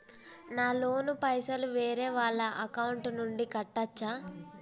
నా లోన్ పైసలు వేరే వాళ్ల అకౌంట్ నుండి కట్టచ్చా?